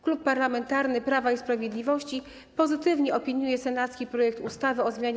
Klub Parlamentarny Prawo i Sprawiedliwość pozytywnie opiniuje senacki projekt ustawy o zmianie